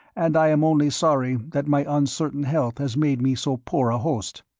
and i am only sorry that my uncertain health has made me so poor a host.